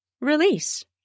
release